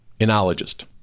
enologist